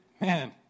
man